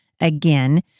again